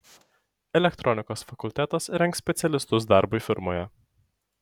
elektronikos fakultetas rengs specialistus darbui firmoje